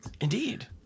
Indeed